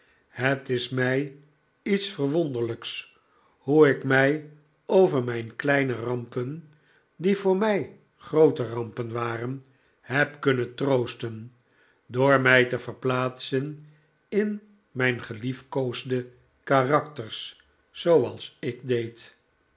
het is mij iets verwonderlijks hoe ik mij over mijn kleine rampen die voor mij groote rampen waren neb kunnen troosten door mij te verplaatsen in mijn geliefkoosde karakters zooals ik deed